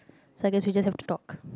so I guess we just have to talk